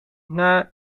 naar